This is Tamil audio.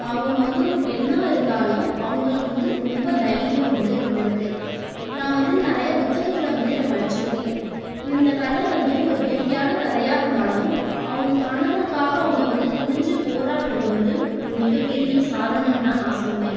அவங்க வந்து ஒரு பெண்ணாக இருந்தாலும் அவங்களுக்கு வந்து ரொம்ப தைரியம் வந்து இருந்திருக்கு நான் வந்து நிறைய புத்தகத்தில் வந்து இதை படித்திருக்கேன் இந்த கதை வந்து ஒரு வேடிக்கையான கதையாக இருந்தாலும் அவங்க கணவனுக்காக அவங்க வந்து துணிஞ்சு போராடுறது வந்து ஒரு மிக பெரிய சாதனைனு தான் நான் சொல்வேன்